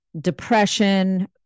depression